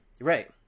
Right